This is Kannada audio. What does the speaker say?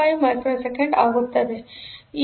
75 ಮೈಕ್ರೋ ಸೆಕೆಂಡ್ ಆಗುತ್ತದೆ